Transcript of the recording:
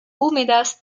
húmedas